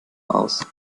aus